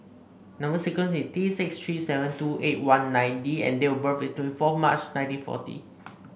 number sequence is T six three seven two eight one nine D and date of birth is twenty four March nineteen forty